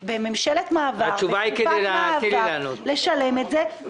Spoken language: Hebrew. צודקת, שיראו את התמונה.